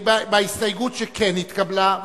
בהסתייגות שכן התקבלה,